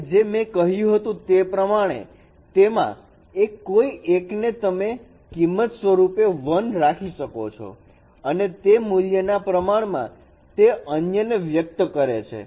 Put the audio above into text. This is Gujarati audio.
અને જે મેં કહ્યું હતું તે પ્રમાણે તેમાં એ કોઈ એકને તમે કિંમત સ્વરૂપે 1 રાખી શકો છો અને તે મૂલ્યના પ્રમાણમાં તે અન્યને વ્યક્ત કરે છે